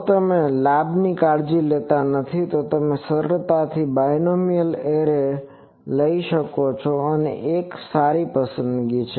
જો તમે લાભની કાળજી લેતા નથી તો તમે સરળતાથી બાઇનોમિયલ એરે લઈ શકો છો જે એક સારી પસંદગી છે